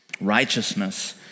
Righteousness